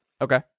Okay